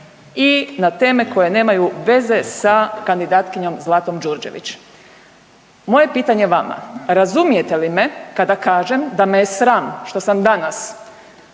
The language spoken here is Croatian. i na teme koje nemaju veze sa kandidatkinjom Zlatom Đurđević. Moje pitanje vama, razumijete li me kada kažem da me je sram što sam danas